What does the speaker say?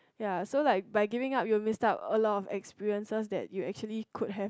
ya so like by giving up you will miss out a lot of experiences that you actually could have